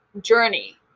journey